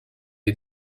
les